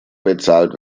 bezahlt